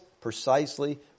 precisely